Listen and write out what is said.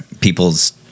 people's